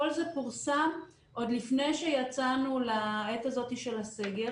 כל זה פורסם עוד לפני שיצאנו לעת הזאת של הסגר.